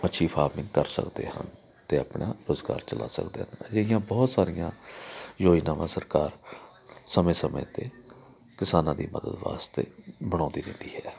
ਮੱਛੀ ਫਾਰਮਿੰਗ ਕਰ ਸਕਦੇ ਹਨ ਅਤੇ ਆਪਣਾ ਰੁਜ਼ਗਾਰ ਚਲਾ ਸਕਦੇ ਹਨ ਅਜਿਹੀਆਂ ਬਹੁਤ ਸਾਰੀਆਂ ਯੋਜਨਾਵਾਂ ਸਰਕਾਰ ਸਮੇਂ ਸਮੇਂ 'ਤੇ ਕਿਸਾਨਾਂ ਦੀ ਮਦਦ ਵਾਸਤੇ ਬਣਾਉਂਦੀ ਰਹਿੰਦੀ ਹੈ